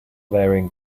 wearing